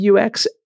UX